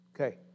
Okay